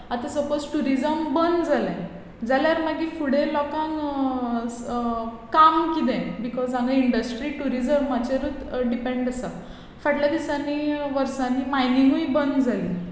आतां suppose tourism बंद जालें जाल्यार मागीर फुडें लोकांक काम किदें बिकॉज हांगा इंडस्ट्री टुरिजमाचेरूच डिपँड आसा फाटल्या दिसांनी वर्सांनी मायनिंगूय बंद जाली